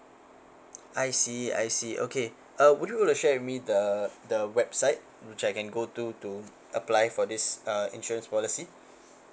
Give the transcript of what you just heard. I see I see okay uh would you want to share with me the the website which I can go to to apply for this uh insurance policy